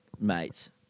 mates